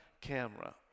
camera